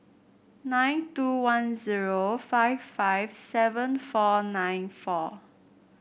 nine two one zero five five seven four nine four